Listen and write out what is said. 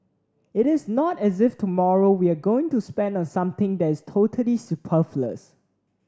it is not as if tomorrow we are going to spend on something that's totally superfluous